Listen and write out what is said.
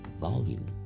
Volume